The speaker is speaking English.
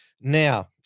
Now